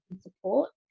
support